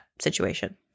situation